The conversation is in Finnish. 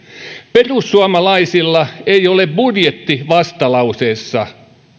perussuomalaisilla ei ole budjettivastalauseessa